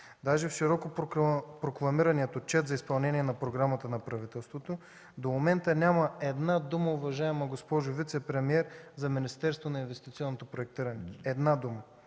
Даже в широко прокламирания Отчет за изпълнение на програмата на правителството до момента няма една дума, уважаема госпожо вицепремиер, за Министерството на инвестиционното проектиране. Една дума!